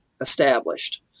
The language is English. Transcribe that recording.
established